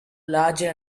larger